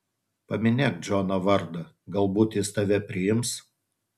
paminėk džono vardą galbūt jis tave priims